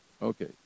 Okay